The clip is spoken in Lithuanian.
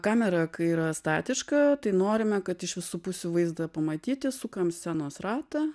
kamera yra statiška tai norime kad iš visų pusių vaizdą pamatyti sukam scenos ratą